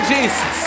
Jesus